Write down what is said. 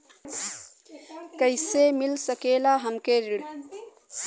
कइसे मिल सकेला हमके ऋण?